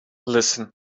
listen